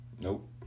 Nope